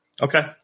Okay